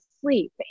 sleep